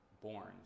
born